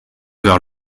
vers